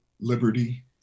liberty